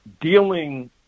dealing